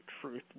truth